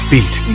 Beat